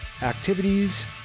activities